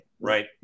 right